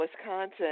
Wisconsin